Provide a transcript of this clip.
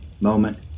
moment